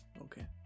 Okay